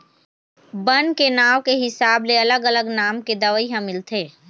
बन के नांव के हिसाब ले अलग अलग नाम के दवई ह मिलथे